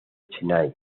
chennai